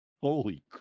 Holy